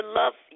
love